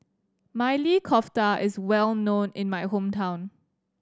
Maili Kofta is well known in my hometown